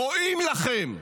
רואים לכם: